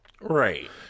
Right